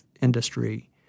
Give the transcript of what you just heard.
industry